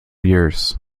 years